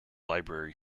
library